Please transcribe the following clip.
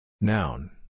Noun